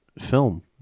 film